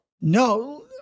No